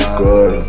good